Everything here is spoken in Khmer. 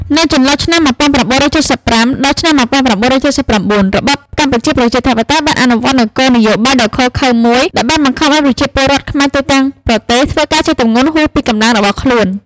នៅចន្លោះឆ្នាំ ១៩៧៥ ដល់ ១៩៧៩ របបកម្ពុជាប្រជាធិបតេយ្យ បានអនុវត្តនូវគោលនយោបាយដ៏ឃោរឃៅមួយ ដែលបានបង្ខំឱ្យប្រជាជនខ្មែរទូទាំងប្រទេស ធ្វើការជាទម្ងន់ហួសពីកម្លាំងរបស់ខ្លួន។